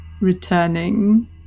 returning